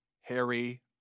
Harry